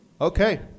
Okay